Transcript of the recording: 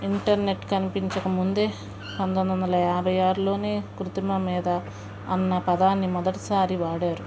internet కనిపించక ముందే పంతొమ్మిది వందల యాభై ఆరులోనే కృత్రిమ మేధా అన్న పదాన్ని మొదటిసారి వాడారు